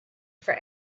for